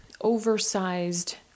oversized